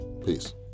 Peace